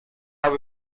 habe